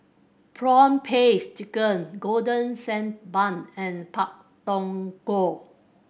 prawn paste chicken Golden Sand Bun and Pak Thong Ko